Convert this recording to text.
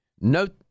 Note